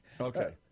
Okay